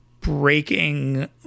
breaking